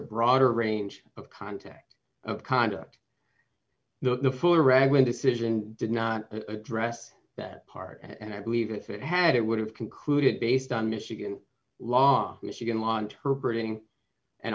broader range of context of conduct the fuller raglan decision did not address that part and i believe if it had it would have concluded based on michigan law michigan law interpretating and